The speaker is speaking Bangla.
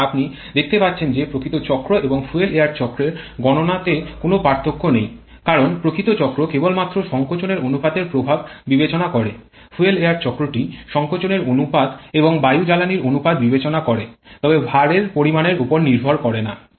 এখন আপনি দেখতে পাচ্ছেন যে প্রকৃত চক্র এবং ফুয়েল এয়ার চক্রের গণনাতে কোনও পার্থক্য নেই কারণ প্রকৃত চক্র কেবলমাত্র সংকোচনের অনুপাতের প্রভাব বিবেচনা করে তবে ফুয়েল এয়ার চক্রটি সংকোচনের অনুপাত এবং বায়ু জ্বালানির অনুপাত বিবেচনা করে কিন্তু ভারএর পরিমাণের ওপর নির্ভর করে না